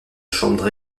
chambre